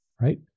right